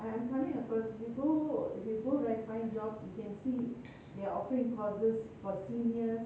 ya